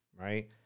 right